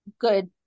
good